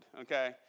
Okay